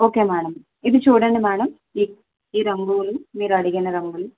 okay madam ఇది చూడండి madam ఈ రంగులు మీరు అడిగిన రంగులు